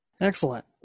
Excellent